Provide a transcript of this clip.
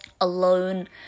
alone